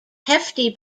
hefty